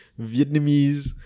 vietnamese